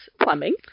plumbing